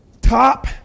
Top